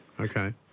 Okay